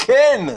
כן,